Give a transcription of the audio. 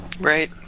Right